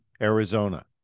Arizona